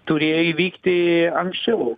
turėjo įvykti anksčiau